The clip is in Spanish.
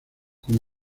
como